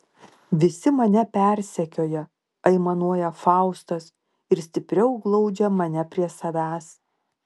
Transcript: visi mane persekioja aimanuoja faustas ir stipriau glaudžia mane prie savęs